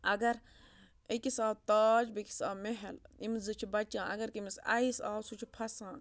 اگر أکِس آو تاج بیٚکِس آو محل یِم زٕ چھِ بَچان اَگر کٔمِس آیِس آو سُہ چھِ پھَسان